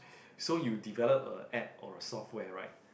so you develop a app or software right